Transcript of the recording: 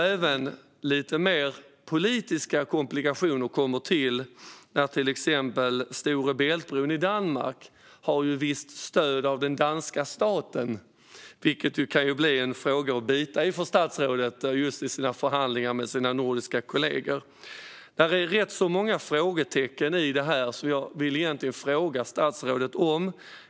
Även lite mer politiska komplikationer tillkommer. Stora Bält-bron i Danmark har visst stöd av den danska staden, vilket kan bli en fråga att bita i för statsrådet i sina förhandlingar med de nordiska kollegorna. Det finns rätt många frågetecken i detta. Därför vill jag ställa dessa frågor till statsrådet.